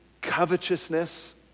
covetousness